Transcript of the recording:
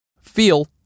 feel